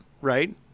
Right